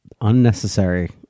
Unnecessary